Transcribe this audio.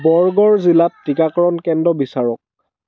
বৰগড় জিলাত টিকাকৰণ কেন্দ্ৰ বিচাৰক